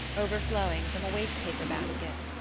overflowing from a waste-paper basket.